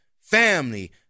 family